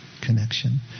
connection